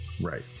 Right